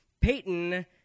Peyton